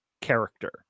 character